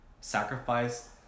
sacrifice